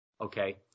okay